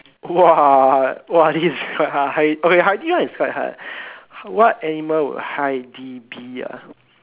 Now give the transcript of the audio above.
!wah! !wah! this is quite hard okay Heidi one is quite hard what animal would be Heidi be ah